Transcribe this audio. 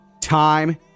time